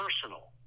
personal